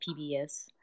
PBS